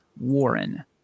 Warren